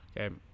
okay